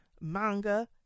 manga